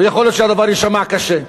ויכול להיות שהדבר יישמע קשה: